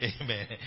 Amen